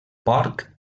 porc